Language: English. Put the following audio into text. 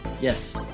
Yes